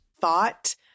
thought